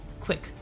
quick